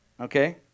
Okay